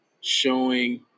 showing